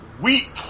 weak